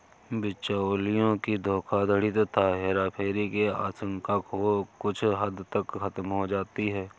बिचौलियों की धोखाधड़ी तथा हेराफेरी की आशंका कुछ हद तक खत्म हो जाती है